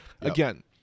again